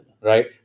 Right